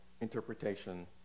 interpretation